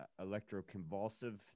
electroconvulsive